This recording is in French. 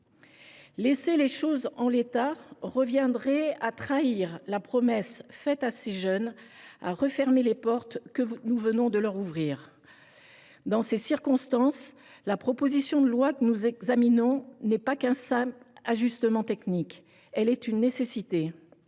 Laisser les choses en l’état reviendrait à trahir la promesse faite à ces jeunes, en refermant les portes que nous venons de leur ouvrir. Dans ces circonstances, la proposition de loi que nous examinons n’est pas qu’un simple ajustement technique, elle est une nécessité.